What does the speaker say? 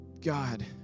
God